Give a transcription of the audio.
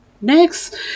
Next